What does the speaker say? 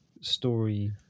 story